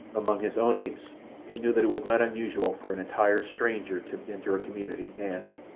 among his own apes he knew that it was not unusual for an entire stranger to enter a community and,